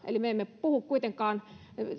eli me emme puhu kuitenkaan